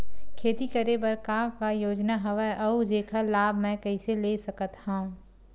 खेती करे बर का का योजना हवय अउ जेखर लाभ मैं कइसे ले सकत हव?